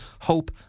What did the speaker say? hope